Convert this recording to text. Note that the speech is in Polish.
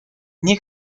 nie